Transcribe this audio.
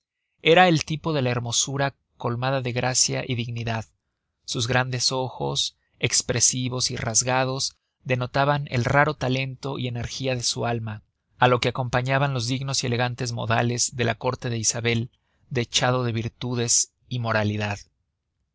era el tipo de la hermosura colmada de gracia y dignidad sus grandes ojos espresivos y rasgados denotaban el raro talento y energia de su alma á lo que acompañaban los dignos y elegantes modales de la córte de isabel dechado de virtudes y moralidad